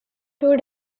two